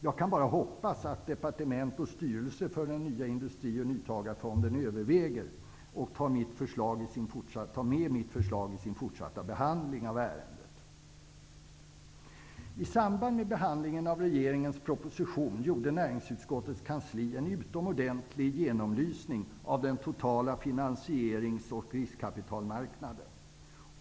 Jag kan bara hoppas att departement och styrelse för den nya Industri och nyföretagarfonden överväger och tar med mitt förslag i sin fortsatta behandling av ärendet. I samband med behandlingen av regeringens proposition gjorde näringsutskottets kansli en utomordentlig genomlysning av den totala finansierings och riskkapitalmarknaden.